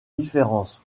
différences